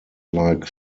like